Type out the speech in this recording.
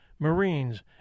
Marines